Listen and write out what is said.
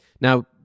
Now